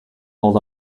hold